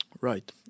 Right